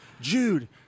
Jude